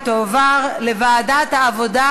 והיא תועבר לוועדת העבודה,